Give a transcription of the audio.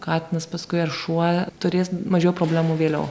katinas paskui ar šuo turės mažiau problemų vėliau